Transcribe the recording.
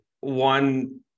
one